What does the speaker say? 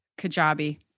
Kajabi